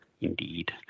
Indeed